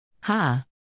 Ha